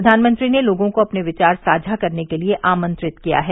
प्रधानमंत्री ने लोगों को अपने विचार साझा करने के लिए आमंत्रित किया है